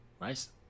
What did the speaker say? Nice